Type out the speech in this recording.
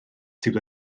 sydd